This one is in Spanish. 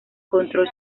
control